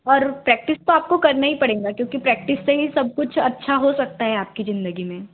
और प्रैक्टिस तो आपको करना ही पड़ेगा क्योंकि प्रैक्टिस से ही सब कुछ अच्छा हो सकता है आपकी ज़िंदगी में